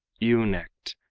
ewe-necked,